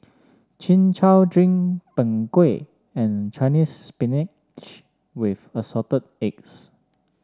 Chin Chow Drink Png Kueh and Chinese Spinach with Assorted Eggs